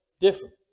Different